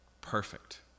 perfect